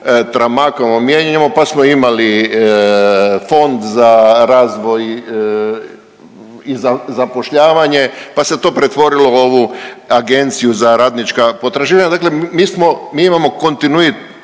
tramakamo mijenjamo, pa smo imali Fond za razvoj i zapošljavanje, pa se to pretvorilo u ovu Agenciju za radnička potraživanja, dakle mi smo, mi imamo kontinuitet